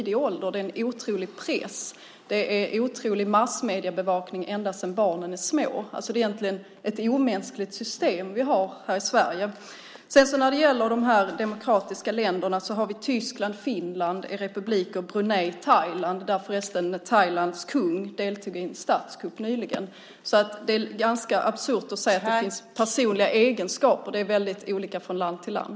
Det är en otrolig press på dem med hård massmediebevakning från det att barnen är små. Egentligen har vi ett omänskligt system i Sverige. När det gäller de demokratiska länderna har vi bland annat Tyskland och Finland som är republiker. Vi har Brunei, och vi har Thailand, där för övrigt kungen deltog i en statskupp nyligen. Det är ganska absurt att tala om personliga egenskaper. Det är olika från land till land.